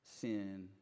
sin